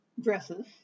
dresses